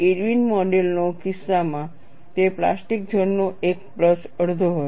Irwin model Irwin's modelના કિસ્સામાં તે પ્લાસ્ટિક ઝોન નો એક પ્લસ અડધો હતો